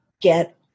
get